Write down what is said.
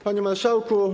Panie Marszałku!